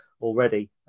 already